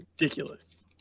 Ridiculous